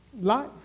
life